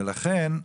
לכן,